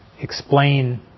explain